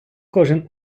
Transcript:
кожен